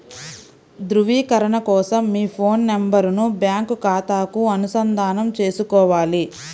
ధ్రువీకరణ కోసం మీ ఫోన్ నెంబరును బ్యాంకు ఖాతాకు అనుసంధానం చేసుకోవాలి